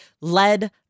led